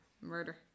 murder